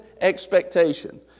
expectation